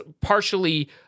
partially